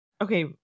Okay